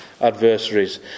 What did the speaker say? adversaries